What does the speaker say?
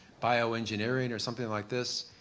bioengineering or something like this.